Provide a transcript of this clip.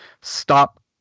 stop